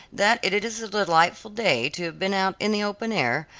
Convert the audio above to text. that it is a delightful day to have been out in the open air,